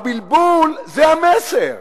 הבלבול, זה המסר.